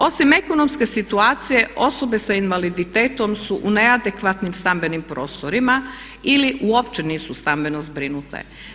Osim ekonomske situacije osobe sa invaliditetom su u neadekvatnim stambenim prostorima ili uopće nisu stambeno zbrinute.